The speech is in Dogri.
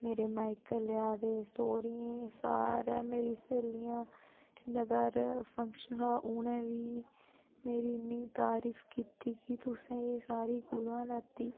मेरे मायके आह्ले आए दे सौह्रियें सारे मेरियां स्हेलियां जिंदे घर फंक्शन हा उनें बी मेरी इन्नी तारीफ कीती कि तुसें एह् साड़ी कुत्थैं लैती